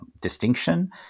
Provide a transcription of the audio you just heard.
distinction